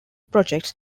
projects